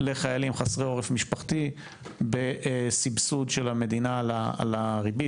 לחיילים חסרי עורף משפחתי בסבסוד של המדינה על הריבית,